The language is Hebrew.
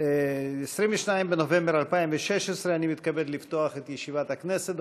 22 בנובמבר 2016. אני מתכבד לפתוח את ישיבת הכנסת.